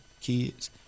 kids